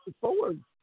forward